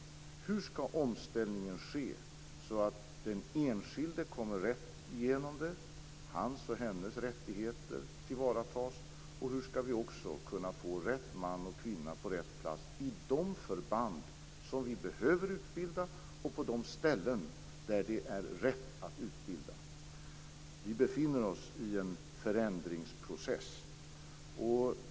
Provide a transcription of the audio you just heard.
Hur skall omställningen ske så att den enskilde kommer igenom på ett riktigt sätt, hans eller hennes rättigheter tillvaratas? Hur skall vi också få rätt man och kvinna på rätt plats i de förband som vi behöver utbilda och på de ställen där det är rätt att utbilda? Vi befinner oss i en förändringsprocess.